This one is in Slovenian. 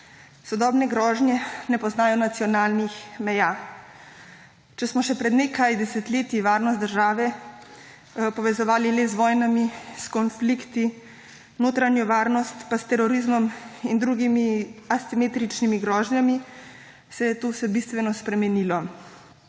Sodobne grožnje ne poznajo nacionalnih meja. Če smo še pred nekaj desetletji varnost države povezovali le z vojnami, s konflikti, notranjo varnost pa s terorizmom in drugimi asimetričnimi grožnjami, se je to vse bistveno spremenilo.